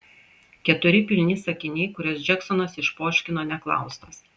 keturi pilni sakiniai kuriuos džeksonas išpoškino neklaustas